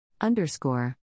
Underscore